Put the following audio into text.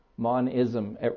Monism